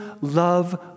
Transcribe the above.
love